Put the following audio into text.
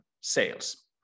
sales